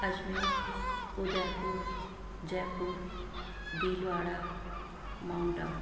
Ajmer Udaipur Jaipur Bhilwara Mount Abu